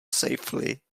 safely